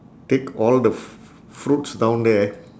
take all the fruits down there